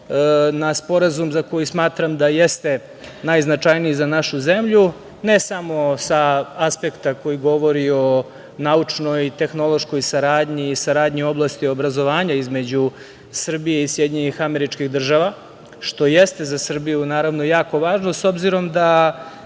na Sporazum za koji smatram da jeste najznačajniji za našu zemlju, ne samo sa aspekta koji govori o naučnoj i tehnološkoj saradnji i saradnji u oblasti obrazovanja između Srbije i SAD, što jeste za Srbiju jako važno, s obzirom da